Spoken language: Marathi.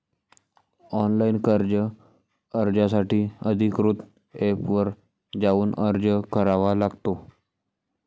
ऑनलाइन कर्ज अर्जासाठी अधिकृत एपवर जाऊन अर्ज करावा लागतो